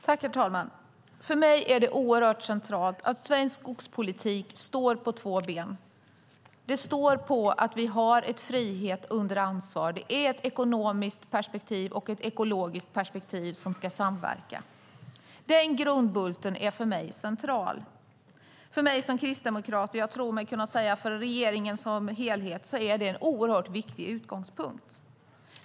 Herr talman! För mig är det centralt att svensk skogspolitik står på två ben. Den står på att vi har frihet under ansvar, och det är ett ekonomiskt perspektiv och ett ekologiskt perspektiv som ska samverka. Den grundbulten är för mig central. För mig som kristdemokrat, och jag tror mig kunna säga för regeringen som helhet, är detta en oerhört viktig utgångspunkt.